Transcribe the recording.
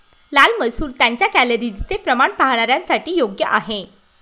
लाल मसूर त्यांच्या कॅलरीजचे प्रमाण पाहणाऱ्यांसाठी योग्य आहे